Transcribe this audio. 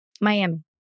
Miami